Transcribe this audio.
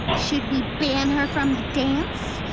should we ban her from the dance?